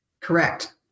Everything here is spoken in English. Correct